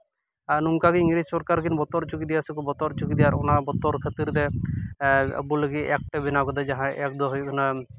ᱟᱨ ᱱᱚᱝᱠᱟᱛᱮ ᱤᱝᱨᱮᱡᱽ ᱥᱚᱨᱠᱟᱨ ᱠᱤᱱ ᱵᱚᱛᱚᱨ ᱦᱚᱪᱚ ᱠᱮᱫᱮᱭᱟ ᱥᱮᱠᱚ ᱵᱚᱛᱚᱨ ᱦᱚᱪᱚ ᱠᱮᱫᱮᱭᱟ ᱟᱨ ᱚᱱᱟ ᱵᱚᱛᱚᱨ ᱠᱷᱟᱹᱛᱤᱨ ᱛᱮ ᱟᱵᱳ ᱞᱟᱹᱜᱤᱫ ᱮᱠᱴ ᱮ ᱵᱮᱱᱟᱣ ᱠᱟᱫᱟ ᱡᱟᱦᱟᱸᱭ ᱮᱠᱴ ᱫᱚ ᱦᱩᱭᱩᱜ ᱠᱟᱱᱟ